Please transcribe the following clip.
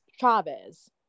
chavez